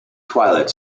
twilight